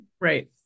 Right